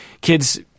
Kids